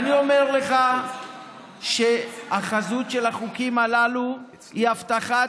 אני אומר לך שהחזות של החוקים הללו היא הבטחת